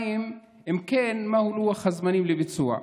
2. אם כן, מהו לוח הזמנים לביצוע?